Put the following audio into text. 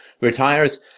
retires